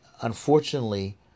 unfortunately